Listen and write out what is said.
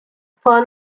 for